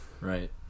right